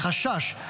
לחשש,